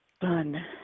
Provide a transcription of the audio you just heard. done